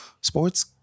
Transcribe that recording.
sports